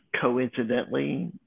coincidentally